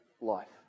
life